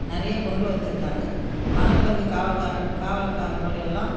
நிறைய கொண்டு வந்திருக்காங்க வனவிலங்கு காவல்கார காவல்காரர்கள் எல்லாம்